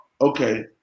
okay